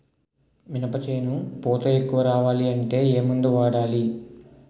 మినప చేను పూత ఎక్కువ రావాలి అంటే ఏమందు వాడాలి?